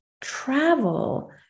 travel